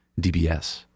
DBS